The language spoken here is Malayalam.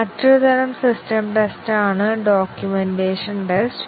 മറ്റൊരു തരം സിസ്റ്റം ടെസ്റ്റ് ആണ് ഡോക്യുമെന്റേഷൻ ടെസ്റ്റ്